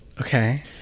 Okay